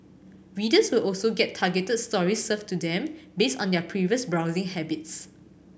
readers will also get targeted stories served to them based on their previous browsing habits